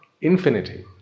infinity